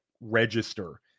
register